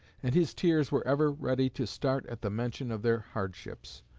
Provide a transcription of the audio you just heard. and his tears were ever ready to start at the mention of their hardships,